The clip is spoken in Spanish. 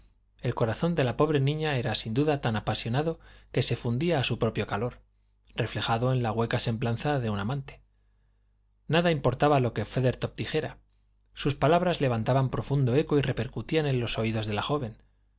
el corazón de la pobre niña era sin duda tan apasionado que se fundía a su propio calor reflejado en la hueca semblanza de un amante nada importaba lo que feathertop dijera sus palabras levantaban profundo eco y repercutían en los oídos de la joven